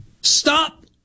Stop